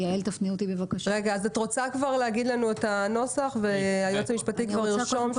את רוצה להגיד לנו את הנוסח והיועץ המשפטי ירשום אותו?